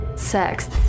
sex